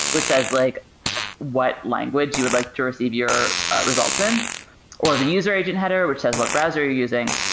which says like what language you would like to receive your results in or the user agent header, which says what browser you're using.